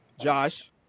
josh